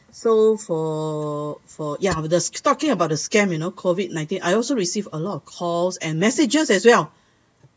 so for for ya we're just talking about the scam you know COVID nineteen I also received a lot of calls and messages as well